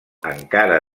encara